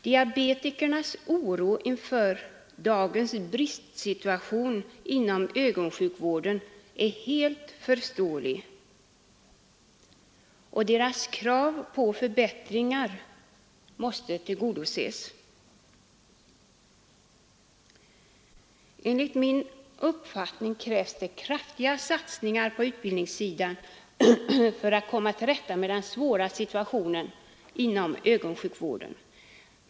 Diabetikernas oro inför dagens bristsituation inom ögonsjukvården är helt förståelig, och deras krav på förbättringar inom ögonsjukvården måste tillgodoses. Enligt min uppfattning krävs det kraftiga satsningar på utbildningsområdet för att komma till rätta med den svåra situationen inom ögonsjukvården.